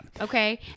Okay